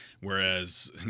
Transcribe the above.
whereas